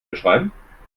beschreiben